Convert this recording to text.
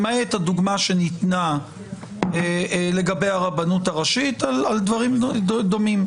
למעט הדוגמה שניתנה לגבי הרבנות הראשית על דברים דומים.